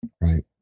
right